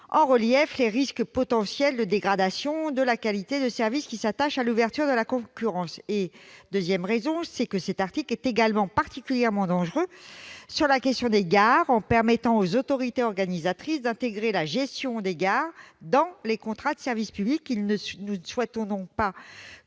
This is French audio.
en relief les risques potentiels de dégradation de la qualité de service qui s'attachent à l'ouverture à la concurrence. Deuxièmement, cet article est également particulièrement dangereux sur la question des gares, en permettant aux autorités organisatrices d'intégrer la gestion des gares dans les contrats de service public. Nous ne souhaitons pas